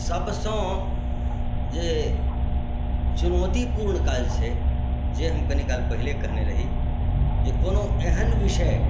सबसँ जे चुनौती पूर्ण काज छै जे हम कनी काल पहिले कहने रही जे कओनो एहन विषय